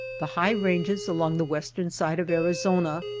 the high ranges along the western side of arizona,